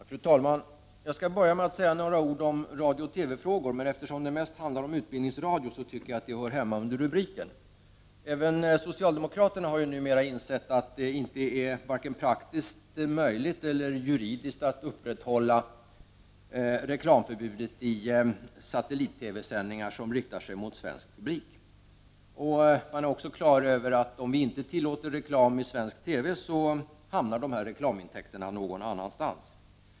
Fru talman! Jag skall börja med att säga några ord om radiooch TV-frågor, men eftersom det mest handlar om utbildningsradion tycker jag att det hör hemma i det här avsnittet av debatten. Även socialdemokraterna har ju numera insett att det inte är vare sig praktiskt eller juridiskt möjligt att upprätthålla reklamförbudet i satellit-TV sändningar som riktar sig mot svensk publik. Man är också på det klara med att om vi inte tillåter reklam i svensk TV, så hamnar dessa reklamintäkter någon annanstans.